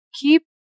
keep